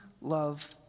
love